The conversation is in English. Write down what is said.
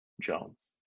Jones